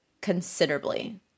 considerably